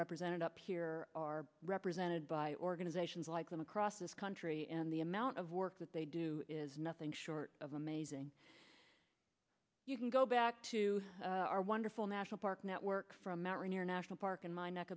represented up here are represented by organizations like them across this country and the amount of work that they do is nothing short of amazing you can go back to our wonderful national park network from mt rainier national park in my neck